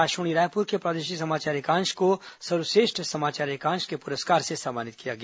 आकाशवाणी रायपुर के प्रादेशिक समाचार एकांश को सर्वश्रेष्ठ समाचार एकांश के पुरस्कार से सम्मानित किया गया